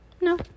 No